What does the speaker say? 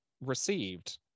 Received